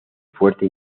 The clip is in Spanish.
fuerte